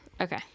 Okay